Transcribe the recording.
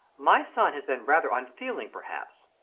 my son has been rather unfeeling, perhaps.